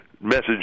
message